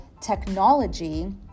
technology